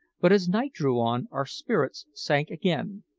but as night drew on our spirits sank again,